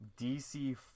DC